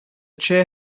chair